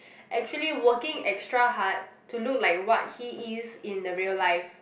actually working extra hard to look like what he is in a real life